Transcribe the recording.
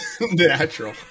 Natural